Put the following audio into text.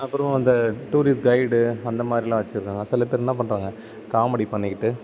அப்பறம் அந்த tourist guide அந்த மாரிலாம் வச்சு இருக்காங்க சில பேர் என்ன பண்றாங்க காமெடி பண்ணிக்கிட்டு